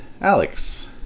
Alex